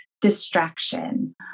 distraction